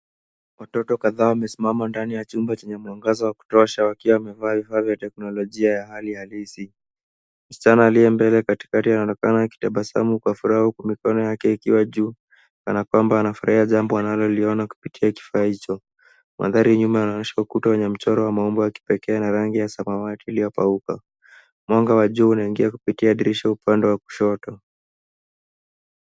Watoto kadhaa wamesimama ndani ya chumba chenye mwangaza wa kutosha wakiwa wamevaa vifaa vya kiteknolojia ya hali halisi. Msichana aliye mbele katikati anaonekana akitabasamu kwa furaha huku mikono yake ikiwa juu kana kwamaba anafurahia jambo analoliona kupitia kifaa hicho. Mandhari ya nyuma yanaonyesha ukuta wenye maumbo ya kipekee na rangi ya samawati iliyopauka. Mwanga wa juu unaingia kupita dirisha upande wa kushoto.